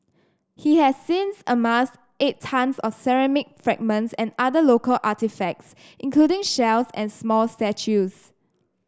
he has since amassed eight tonnes of ceramic fragments and other local artefacts including shells and small statues